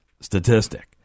statistic